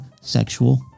sexual